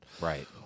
Right